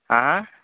आं